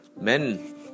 men